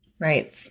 Right